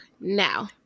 now